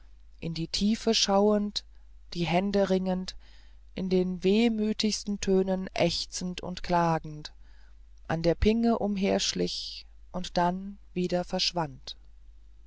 in die tiefe schauend die hände ringend in den wehmütigsten tönen ächzend und klagend an der pinge umherschlich und dann wieder verschwand